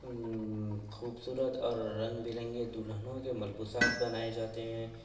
خوبصورت اور رنگ برنگے دلہنوں کے ملبوسات بنائے جاتے ہیں